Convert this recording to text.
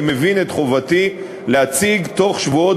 אני מבין את חובתי להציג תוך שבועות